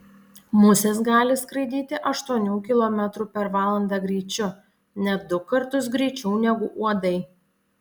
musės gali skraidyti aštuonių kilometrų per valandą greičiu net du kartus greičiau negu uodai